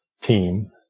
team